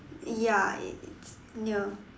ya it's near